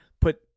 put